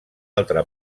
altra